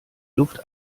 luft